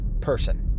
person